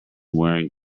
wearing